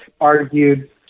argued